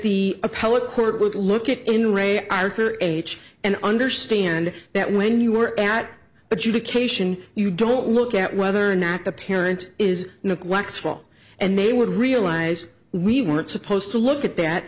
appellate court would look at in re arthur age and understand that when you were at adjudication you don't look at whether or not the parent is neglectful and they would realize we weren't supposed to look at that